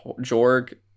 Jorg